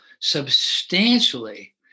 substantially